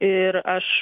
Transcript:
ir aš